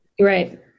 right